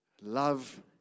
love